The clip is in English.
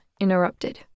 interrupted